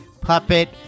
Puppet